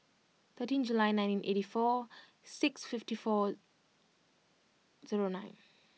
thirteen July nineteen eighty four six fifty four zero nine